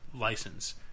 license